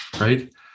right